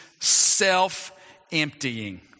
self-emptying